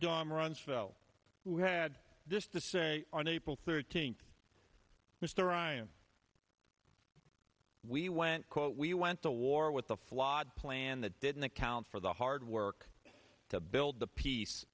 don rumsfeld who had this to say on april thirteenth mr ryan we went quote we went to war with a flawed plan that didn't account for the hard work to build the peace